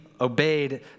obeyed